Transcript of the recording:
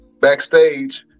backstage